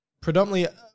predominantly